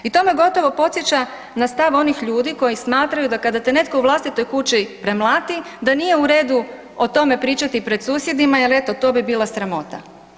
I to me gotovo podsjeća na stav onih ljudi koji smatraju da kada te netko u vlastitoj kući premlati da nije u redu o tome pričati pred susjedima jer eto to bi bila sramota.